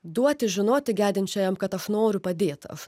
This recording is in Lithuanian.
duoti žinoti gedinčiajam kad aš noriu padėt aš